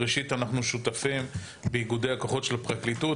ראשית אנחנו שותפים באיגודי הכוחות של הפרקליטות